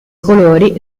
colori